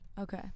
Okay